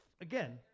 Again